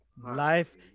life